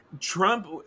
Trump